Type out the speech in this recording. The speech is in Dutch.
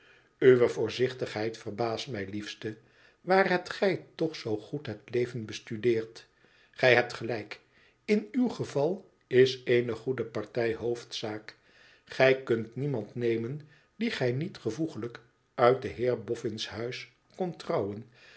luwe voorzichtigheid verbaast mij liefste waar hebt gij toch zoo goed het leven bestudeerd gij hebt gelijk in uw geval is eene goede partij hoofdzaak gij kunt niemand nemen dien gij niet gevoeglijk uit den heer boffin's huis kondt trouwen